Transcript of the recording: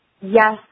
yes